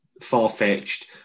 far-fetched